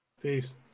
Peace